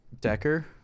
Decker